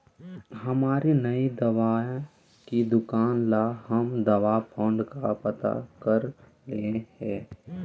हमारी नई दवाई की दुकान ला हम दवा फण्ड का पता करलियई हे